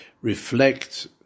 reflect